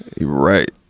Right